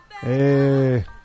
hey